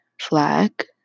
flag